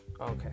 Okay